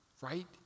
right